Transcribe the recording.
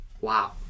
wow